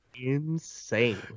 Insane